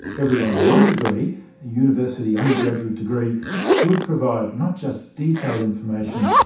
everyone might agree a university undergraduate degree should provide not just detailed information,